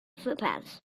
footpaths